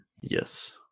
Yes